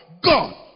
God